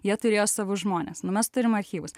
jie turėjo savus žmones na mes turim archyvus